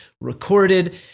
recorded